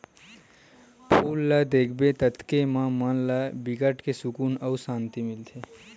फूल ल देखबे ततके म मन ला बिकट के सुकुन अउ सांति मिलथे